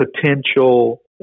potential